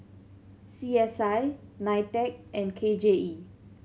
C S I NITEC and K J E